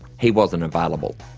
he wasn't available.